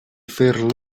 fer